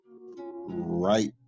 right